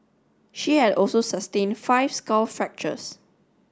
she had also sustained five skull fractures